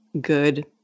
good